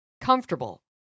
comfortable